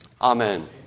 Amen